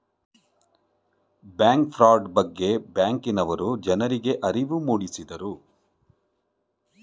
bank fraud ಬಗ್ಗೆ ಬ್ಯಾಂಕಿನವರು ಜನರಿಗೆ ಅರಿವು ಮೂಡಿಸಿದರು